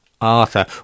Arthur